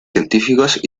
científicos